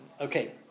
Okay